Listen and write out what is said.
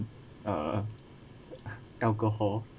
uh alcohol